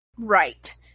Right